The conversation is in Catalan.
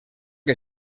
que